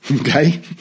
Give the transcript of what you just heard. Okay